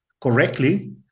correctly